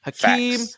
Hakeem